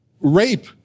rape